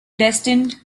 destined